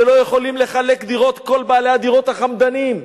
שלא יכולים לחלק דירות, כל בעלי הדירות החמדנים.